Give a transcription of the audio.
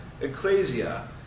Ecclesia